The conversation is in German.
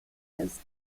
ist